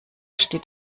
steht